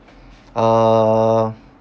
err